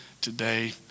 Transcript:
today